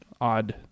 odd